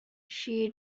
she